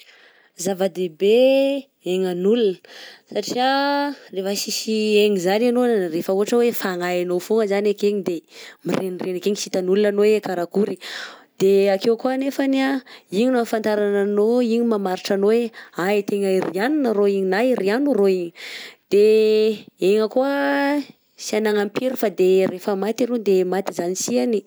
Zava-dehibe aignan'olona satria refa sisy aigny zagny anao de fa ohatra e fanahinao fôna zany ankeny de mirenireny akeny s'itan'olona anao hoe karakory, de ake koa nefany a igny no ahafatarana anao igny mamaritra anao hoe, ay tena ianona arô iny ry anona arô igny de aigna koa sy agnanampiry fa refa maty aloà de maty zany ny si any.